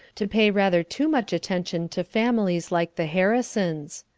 to pay rather too much attention to families like the harrisons.